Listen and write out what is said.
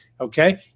okay